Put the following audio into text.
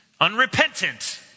unrepentant